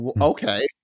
Okay